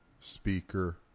speaker